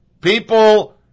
People